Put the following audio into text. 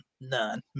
none